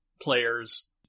players